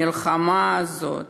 המלחמה הזאת